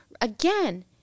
again